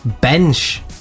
bench